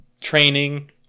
training